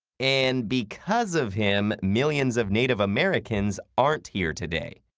and because of him, millions of native americans aren't here today.